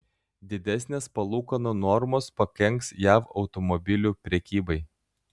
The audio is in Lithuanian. didesnės palūkanų normos pakenks jav automobilių prekybai